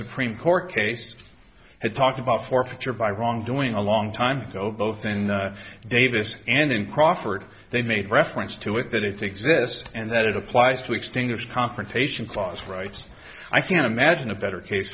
supreme court case had talked about forfeiture by wrongdoing a long time ago both in davis and in crawford they made reference to it that it exists and that it applies to extinguish confrontation clause writes i can't imagine a better case